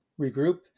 regroup